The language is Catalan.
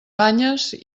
banyes